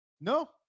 No